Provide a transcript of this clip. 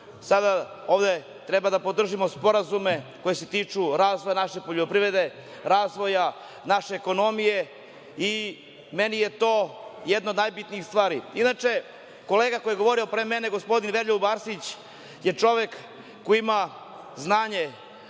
Sada ovde treba da podržimo sporazume koji se tiču razvoja naše poljoprivrede, razvoja naše ekonomije i meni je to jedna od najbitnijih stvari. Inače, kolega koji je govorio pre mene, gospodin Veroljub Arsić, je čovek koji ima znanje,